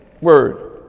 word